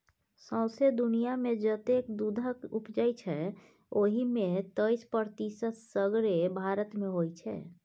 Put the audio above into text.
सौंसे दुनियाँमे जतेक दुधक उपजै छै ओहि मे तैइस प्रतिशत असगरे भारत मे होइ छै